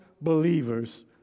believers